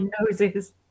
noses